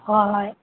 ꯍꯣꯏ ꯍꯣꯏ